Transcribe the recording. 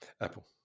Apple